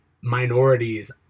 minorities